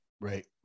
right